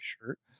shirt